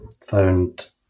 found